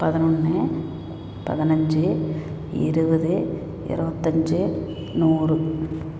பதினொன்னு பதினஞ்சி இருபது இருபத்தஞ்சி நூறு